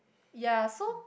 ya so